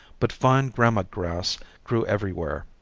but fine gramma grass grew everywhere.